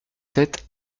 sept